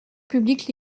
public